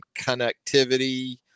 connectivity